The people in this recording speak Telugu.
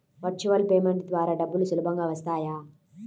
వర్చువల్ పేమెంట్ ద్వారా డబ్బులు సులభంగా వస్తాయా?